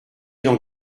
dans